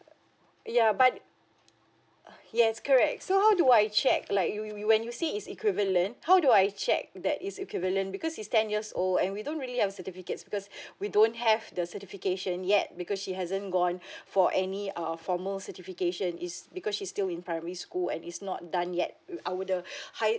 ya but yes correct so how do I check like you you when you say is equivalent how do I check that it's equivalent because she's ten years old and we don't really have certificates because we don't have the certification yet because she hasn't gone for any uh formal certification it's because she's still in primary school and it's not done yet I would've higher